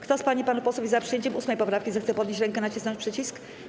Kto z pań i panów posłów jest za przyjęciem 8. poprawki, zechce podnieść rękę i nacisnąć przycisk.